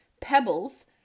pebbles